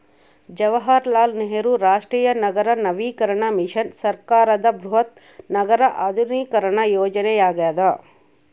ಜವಾಹರಲಾಲ್ ನೆಹರು ರಾಷ್ಟ್ರೀಯ ನಗರ ನವೀಕರಣ ಮಿಷನ್ ಸರ್ಕಾರದ ಬೃಹತ್ ನಗರ ಆಧುನೀಕರಣ ಯೋಜನೆಯಾಗ್ಯದ